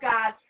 God